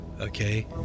Okay